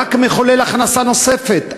רק מחולל הכנסה נוספת,